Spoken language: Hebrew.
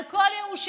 על כל ירושלים,